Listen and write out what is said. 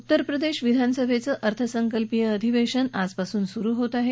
उत्तरप्रदेशात विधानसभेचं अर्थसंकल्पीय अधिवेशन आजपासून सुरु होत आहे